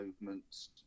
movements